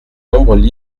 nombreuses